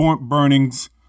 burnings